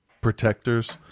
protectors